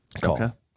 Call